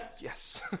Yes